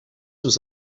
was